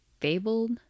fabled